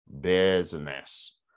business